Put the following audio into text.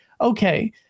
Okay